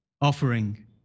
offering